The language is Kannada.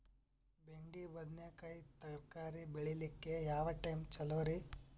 ಬೆಂಡಿ ಬದನೆಕಾಯಿ ತರಕಾರಿ ಬೇಳಿಲಿಕ್ಕೆ ಯಾವ ಟೈಮ್ ಚಲೋರಿ?